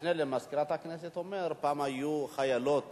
המשנה למזכירת הכנסת אומר: פעם היו חיילות